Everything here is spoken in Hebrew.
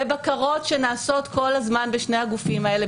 ובקרות שנעשות כל הזמן בשני הגופים האלה,